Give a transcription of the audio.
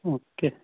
okay